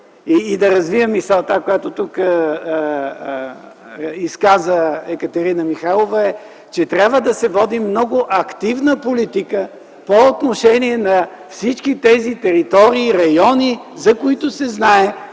и да развия мисълта, която тук изказа Екатерина Михайлова, трябва да се води много активна политика по отношение на всички тези територии и райони, за които се знае,